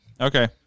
Okay